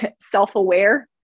self-aware